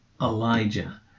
Elijah